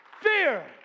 fear